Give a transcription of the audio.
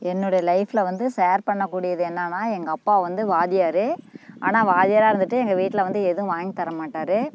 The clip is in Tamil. என்னுடைய லைஃபில் வந்து ஷேர் பண்ண கூடியது என்னென்னா எங்கள் அப்பா வந்து வாத்தியார் ஆனால் வாத்தியாராக இருந்துட்டு எங்கள் வீட்டில் வந்து எதுவும் வாங்கி தர மாட்டார்